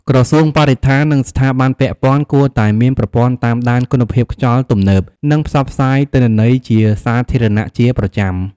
ក្រសួងបរិស្ថាន និងស្ថាប័នពាក់ព័ន្ធគួរតែមានប្រព័ន្ធតាមដានគុណភាពខ្យល់ទំនើប និងផ្សព្វផ្សាយទិន្នន័យជាសាធារណៈជាប្រចាំ។